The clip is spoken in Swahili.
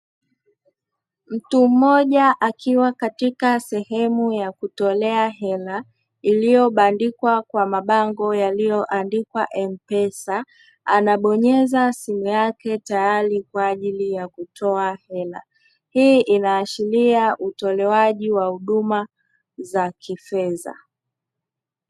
Mtu mmoja akiwa katika sehemu ya kutolea hela iliyobandikwa kwa mabango yaliyoandikwa Mpessa anabonyeza simu yake tayari kwa ajili ya kutoa hela. Hii inaashiria utolewaji wa huduma za kifedha.